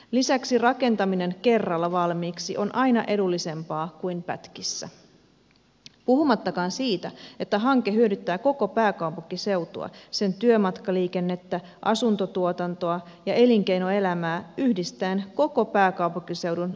lisäksi rakentaminen kerralla valmiiksi on aina edullisempaa kuin pätkissä puhumattakaan siitä että hanke hyödyttää koko pääkaupunkiseutua sen työmatkaliikennettä asuntotuotantoa ja elinkeinoelämää yhdistäen koko pääkaupunkiseudun idästä lähteen